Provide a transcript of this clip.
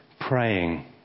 praying